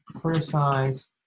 criticize